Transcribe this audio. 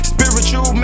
Spiritual